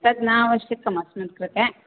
तद् न आवश्यकं अस्मत्कृते